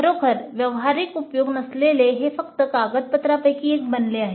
खरोखर व्यावहारिक उपयोग नसलेले हे फक्त कागदपत्रांपैकी एक बनले आहे